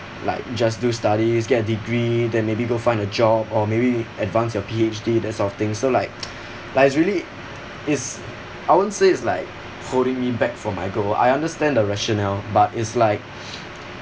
like just do studies get degree then maybe go find a job or maybe advance your P_H_D that sort of thing so like like it's really is I wouldn't say it's like holding me back from my goal I understand the rationale but it's like